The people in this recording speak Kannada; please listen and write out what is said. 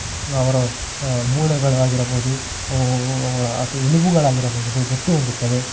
ಅವರ ಮೂಳೆಗಳಾಗಿರಬೋದು ಅಥ್ವಾ ಎಲುಬುಗಳಾಗಿರಬಹುದು ಗಟ್ಟಿ ಹೊಂದುತ್ತವೆ